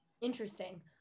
interesting